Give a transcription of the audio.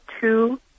two